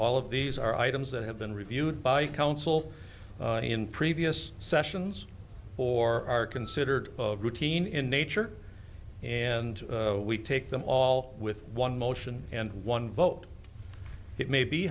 all of these are items that have been reviewed by council in previous sessions or are considered routine in nature and we take them all with one motion and one vote it may be